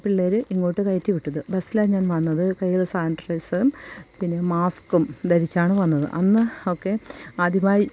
പിള്ളേര് ഇങ്ങോട്ട് കയറ്റി വിട്ടത് ബസിലാണ് ഞാൻ വന്നത് കയ്യില് സാനിട്രൈസറും പിന്നെ മാസ്ക്കും ധരിച്ചാണ് വന്നത് അന്ന് ഒക്കെ ആദ്യമായി